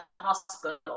hospital